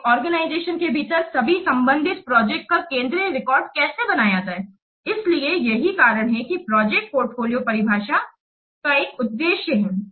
तो एक ऑर्गेनाइजेशन के भीतर सभी संबंधित प्रोजेक्ट का केंद्रीय रिकॉर्ड कैसे बनाया जाए इसलिए यही कारण है कि प्रोजेक्ट पोर्टफोलियो परिभाषा का एक उद्देश्य है